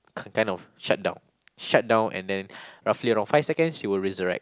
kind of shut down shut down and then roughly around five seconds she will resurrect